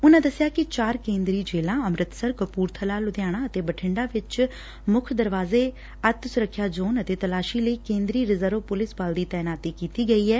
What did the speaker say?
ਉਨਾਂ ਦੱਸਿਆ ਕਿ ਚਾਰ ਕੇਂਦਰੀ ਜੇਲਾਂ ਅੰਮਿਤਸਰ ਕਪੁਰਬਲਾ ਲੁਧਿਆਣਾ ਅਤੇ ਬਠਿੰਡਾ ਵਿੱਚ ਮੁੱਖ ਦਰਵਾਜ਼ੇ ਅਤਿ ਸੁਰੱਖਿਆ ਜ਼ੋਨ ਅਤੇ ਤਲਾਸ਼ੀ ਲਈ ਕੇਂਦਰੀ ਰਿਜ਼ਰਵ ਪੁਲਿਸ ਬਲ ਦੀ ਤਾਇਨਾਤੀ ਕੀਤੀ ਗਈ ਹੈ